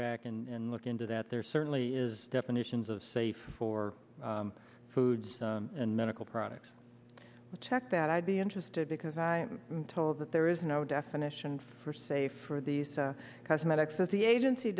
back and look into that there certainly is definitions of safe for foods and medical products check that i'd be interested because i am told that there is no definition for say for these cosmetics that the agency